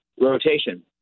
Rotation